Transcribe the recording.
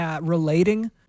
relating